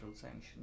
sanctions